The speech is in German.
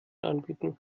anbieten